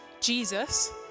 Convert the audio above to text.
Jesus